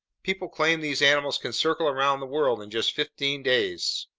people claim these animals can circle around the world in just fifteen days.